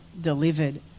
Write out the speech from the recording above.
delivered